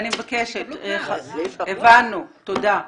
הבנו, תודה.